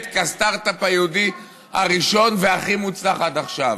כסטרטאפ היהודי הראשון והכי מוצלח עד עכשיו.